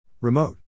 remote